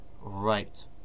Right